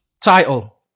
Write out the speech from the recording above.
title